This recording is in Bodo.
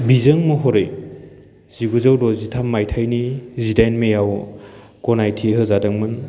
बिजों महरै जिगुजौ द'जिथाम मायथाइनि जिदाइन मेयाव गनायथि होजादोंमोन